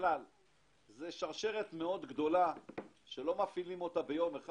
זו שרשרת מאוד גדולה שלא מפעילים ביום אחד.